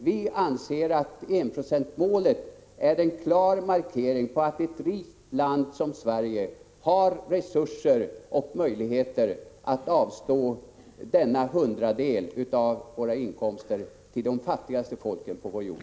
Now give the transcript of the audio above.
Vi anser att enprocentsmålet är en klar markering på att ett rikt land som Sverige har resurser och möjligheter att avstå denna hundradel av våra inkomster till de fattigaste folken på vår jord.